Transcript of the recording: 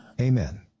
Amen